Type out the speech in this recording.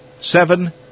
Seven